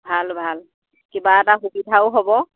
ভাল ভাল কিবা এটা সুবিধাও হ'ব